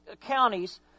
counties